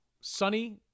sunny